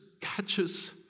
catches